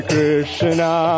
Krishna